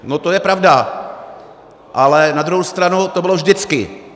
No to je pravda, ale na druhou stranu to bylo vždycky.